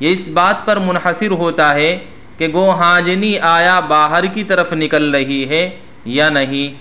یہ اس بات پر منحصر ہوتا ہے کہ گوہانجنی آیا باہر کی طرف نکل رہی ہے یا نہیں